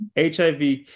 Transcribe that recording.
HIV